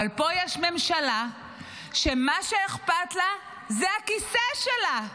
אבל פה יש ממשלה שמה שאכפת לה זה הכיסא שלה.